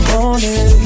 Morning